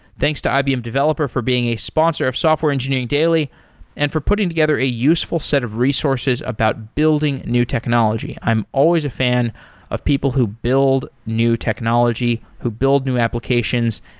thanks to ibm developer for being a sponsor of software engineering daily and for putting together a useful set of resources about building new technology. i'm always a fan of people who build new technology, who build new applications,